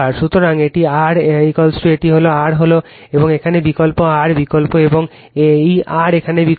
সুতরাং এটি R এই R হল R এখানে বিকল্প R বিকল্প এবং এই R এখানে বিকল্প